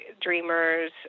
Dreamers